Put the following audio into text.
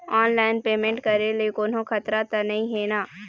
Online payment करे ले कोन्हो खतरा त नई हे न?